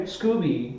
Scooby